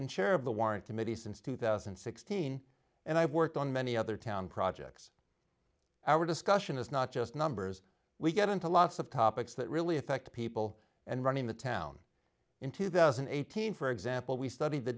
been chair of the warrant committee since two thousand and sixteen and i've worked on many other town projects our discussion is not just numbers we get into lots of topics that really affect people and running the town in two thousand and eighteen for example we studied the